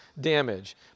damage